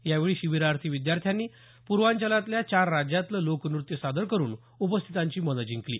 यावेळी शिबिरार्थी विद्यार्थ्यांनी प्रवांचलातल्या चार राज्यातलं लोकनृत्य सादर करुन उपस्थितीतांची मने जिकंली